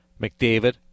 McDavid